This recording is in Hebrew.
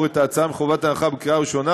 את ההצעה מחובת הנחה בקריאה ראשונה,